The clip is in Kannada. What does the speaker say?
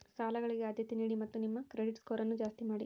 ಸಾಲಗಳಿಗೆ ಆದ್ಯತೆ ನೀಡಿ ಮತ್ತು ನಿಮ್ಮ ಕ್ರೆಡಿಟ್ ಸ್ಕೋರನ್ನು ಜಾಸ್ತಿ ಮಾಡಿ